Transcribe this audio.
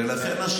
ולכן,